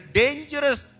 dangerous